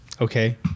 Okay